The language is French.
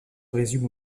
résume